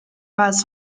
past